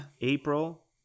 April